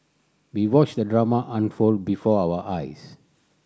we watched the drama unfold before our eyes